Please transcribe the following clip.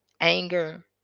anger